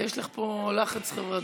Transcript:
יש לך פה לחץ חברתי.